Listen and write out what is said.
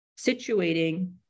situating